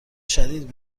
شدید